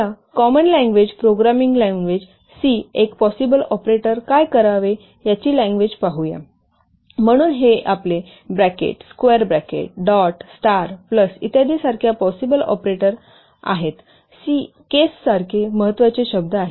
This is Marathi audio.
आम्हाला common language programming language C एक पॉसिबल ऑपरेटर काय करावे याची लँग्वेज पाहूया म्हणून हे आपले bracket square bracket dot star plus इत्यादि सारख्या पॉसिबल ऑपरेटर आहेत सीएएसई सारख्या महत्त्वाचे शब्द आहेत